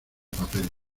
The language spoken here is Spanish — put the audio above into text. papel